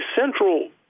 central